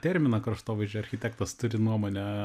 terminą kraštovaizdžio architektas turi nuomonę